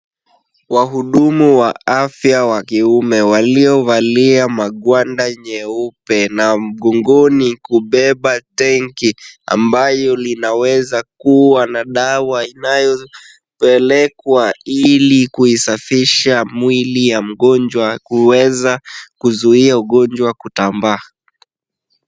Wahudumu wa afya wa kiume waliovalia magwanda nyeupe na mgongoni kubeba tanki ambayo linawezakuwa na dawa inayopelekwa ili kuisafisha mwili ya mgonjwa kuweza kuzuia ugonjwa kutambaa.